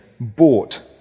bought